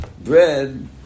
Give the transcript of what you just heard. bread